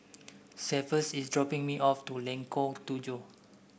Cephus is dropping me off Lengkong Tujuh